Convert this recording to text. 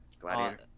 Gladiator